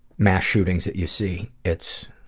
mass shootings that you see it's